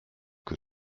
que